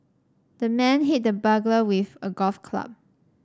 the man hit the burglar with a golf club